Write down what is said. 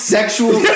Sexual